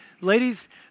Ladies